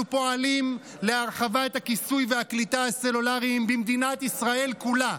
אנחנו פועלים להרחבת הכיסוי והקליטה הסלולריים במדינת ישראל כולה,